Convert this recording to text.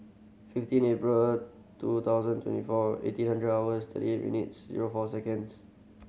fifteen April two thousand twenty four eighteen hundred hours thirty eight minutes zero four seconds